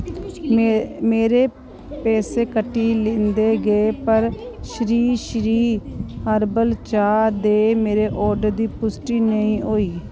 मेरे पैसे कट्टी लिंदे गे पर श्री श्री हर्बल चाह् दे मेरे आर्डर दी पुश्टि नेईं होई